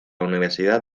universidad